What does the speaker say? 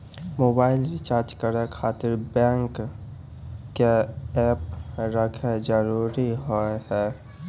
Mobile recharge करे खातिर bank के ऐप रखे जरूरी हाव है?